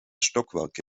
stockwerke